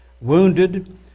wounded